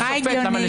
מה הגיוני?